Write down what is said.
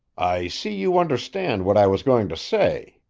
i see you understand what i was going to say,